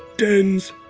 dens,